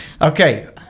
Okay